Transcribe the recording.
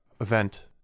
event